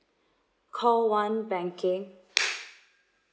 call one banking